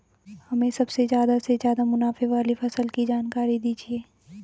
हमें सबसे ज़्यादा से ज़्यादा मुनाफे वाली फसल की जानकारी दीजिए